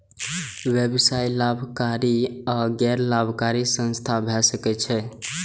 व्यवसाय लाभकारी आ गैर लाभकारी संस्था भए सकै छै